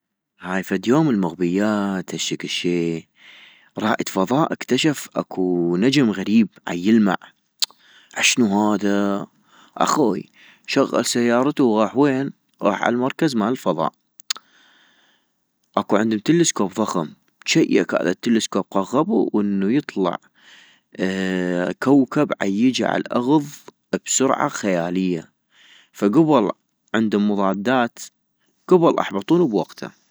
هاي فد يوم المغبيات هشكل شي ، رائد فضاء اكتشف اكو نجم غريب عيلمع، اشنو هذا ؟ اخوي شغل سيارتو وغاح وين ، غاح عالمركز مال فضاء، اكو عندم تلسكوب ضخم ، جيك هذا التلسكوب قغبو وانو يطلع كوكب عيجي عالاغض بسرعة خيالية ، فكبل عندك مضادات كبل احبطونو بوقتا